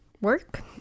work